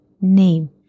name